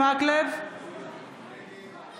אורי מקלב, נגד